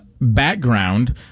Background